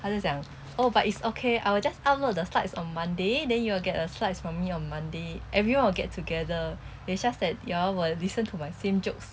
他就讲 oh but it's okay I will just upload the slides on monday then you will get the slides from me on monday everyone will get together it's just that you all will listen to my same jokes